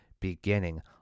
beginning